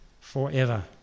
forever